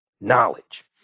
knowledge